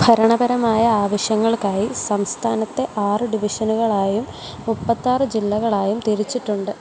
ഭരണപരമായ ആവശ്യങ്ങൾക്കായി സംസ്ഥാനത്തെ ആറ് ഡിവിഷനുകളായും മുപ്പത്തി ആറ് ജില്ലകളായും തിരിച്ചിട്ടുണ്ട്